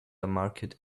market